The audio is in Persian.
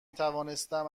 توانستم